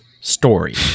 story